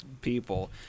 people